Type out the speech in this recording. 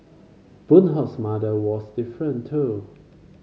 Boon Hock's mother was different too